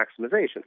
maximization